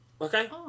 Okay